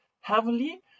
heavily